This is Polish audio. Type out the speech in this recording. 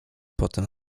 potem